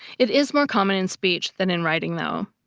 it is more common in speech than in writing though.